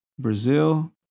Brazil